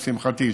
לשמחתי,